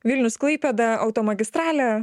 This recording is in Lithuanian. vilnius klaipėda automagistralė